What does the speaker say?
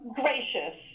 gracious